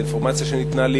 האינפורמציה שניתנה לי,